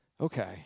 Okay